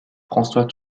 françois